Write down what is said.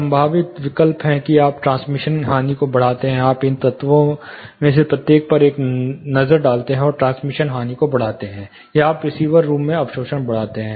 संभावित विकल्प हैं कि आप ट्रांसमिशन हानि को बढ़ाते हैं आप इन तत्वों में से प्रत्येक पर एक नज़र डालते हैं और ट्रांसमिशन हानि को बढ़ाते हैं या आप रिसीवर रूम में अवशोषण बढ़ाते हैं